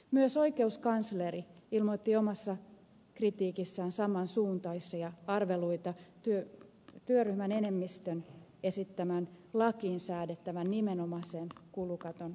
myös oikeuskansleri ilmoitti omassa kritiikissään saman suuntaisia arveluita työryhmän enemmistön esittämän lakiin säädettävän nimenomaisen kulukaton suhteen